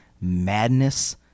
madness